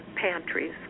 pantries